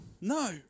No